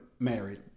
married